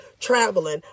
traveling